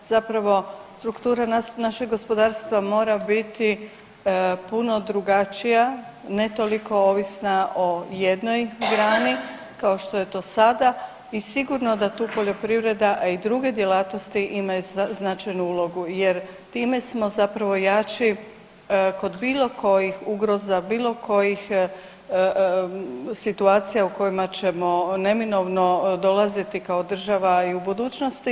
Zapravo struktura našeg gospodarstva mora biti puno drugačija, ne toliko ovisna o jednoj grani kao što je to sada i sigurno da tu poljoprivreda a i druge djelatnosti imaju značajnu ulogu, jer time smo zapravo jači kod bilo kojih ugroza, bilo kojih situacija u kojima ćemo neminovno dolaziti kao država i u budućnosti.